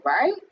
right